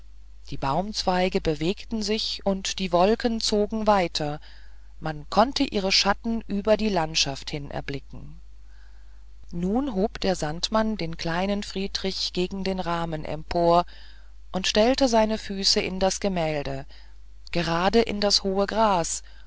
die baumzweige bewegten sich und die wolken zogen weiter man konnte ihren schatten über die landschaft hin erblicken nun hob der sandmann den kleinen friedrich gegen den rahmen empor und stellte seine füße in das gemälde gerade in das hohe gras